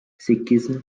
sikhism